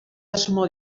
asmo